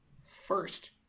first